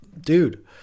dude